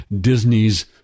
Disney's